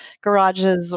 garages